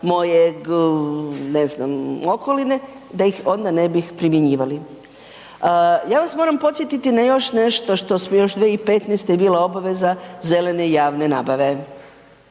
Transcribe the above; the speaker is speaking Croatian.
mojeg ne znam okoline da ih onda ne bi primjenjivali. Ja vas moram podsjetiti na još nešto što smo još 2015. je bila obaveza zelene javne nabave.